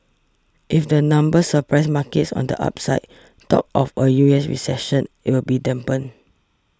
if the numbers surprise markets on the upside talk of a U S recession will be dampened